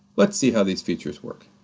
let's see how these features work.